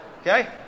Okay